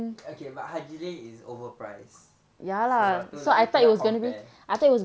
okay but haji lane is overpriced sebab tu lah you cannot compare